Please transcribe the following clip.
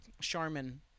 Charmin